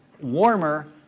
warmer